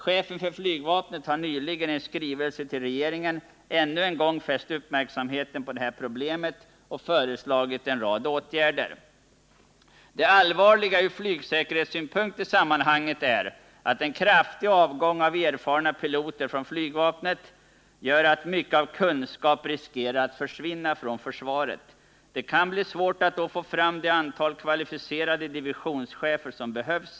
Chefen för flygvapnet har nyligen i en skrivelse till regeringen ännu en gång fäst uppmärksamheten på detta problem och föreslagit en rad åtgärder. Det från flygsäkerhetssynpunkt allvarliga i sammanhanget är att en kraftig avgång av erfarna piloter från flygvapnet gör att mycket av kunskap riskerar att försvinna från försvaret. Det kan bli svårt att då få fram det antal kvalificerade divisionschefer som behövs.